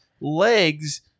legs